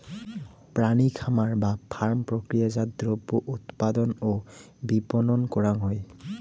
প্রাণী খামার বা ফার্ম প্রক্রিয়াজাত দ্রব্য উৎপাদন ও বিপণন করাং হই